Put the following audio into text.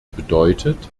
bedeutet